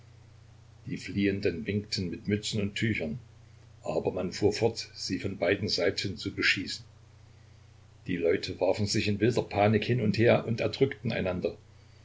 die fliehenden winkten mit mützen und tüchern aber man fuhr fort sie von beiden seiten zu beschießen die leute warfen sich in wilder panik hin und her und erdrückten einander